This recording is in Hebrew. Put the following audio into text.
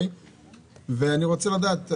אני רוצה לדעת,